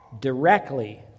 directly